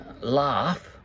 laugh